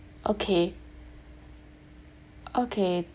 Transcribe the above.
okay okay